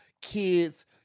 kids